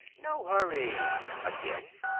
no hurry, again.